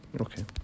Okay